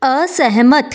असहमत